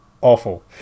Awful